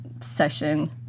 session